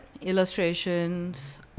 illustrations